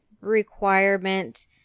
requirement